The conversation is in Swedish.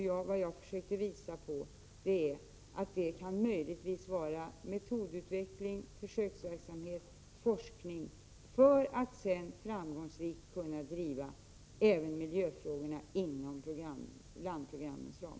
Jag har försökt visa på att det möjligen kan vara metodutveckling, försöksverksamhet och forskning. Därefter kan man framgångsrikt driva miljöfrågorna inom landprogrammens ram.